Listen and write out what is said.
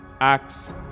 Acts